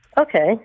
Okay